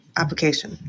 application